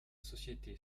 société